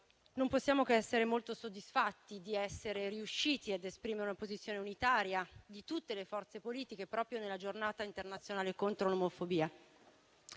Non possiamo che essere molto soddisfatti di essere riusciti ad esprimere una posizione unitaria di tutte le forze politiche, proprio nella Giornata internazionale contro l'omofobia.